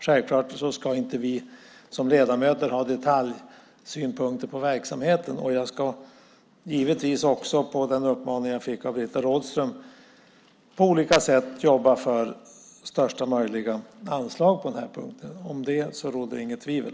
Självklart ska inte vi som ledamöter ha detaljsynpunkter på verksamheten, och jag ska givetvis också, efter den uppmaning jag fick av Britta Rådström, på olika sätt jobba för största möjliga anslag på den här punkten. Om det råder inga tvivel.